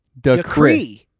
decree